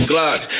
Glock